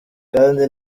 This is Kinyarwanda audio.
kandi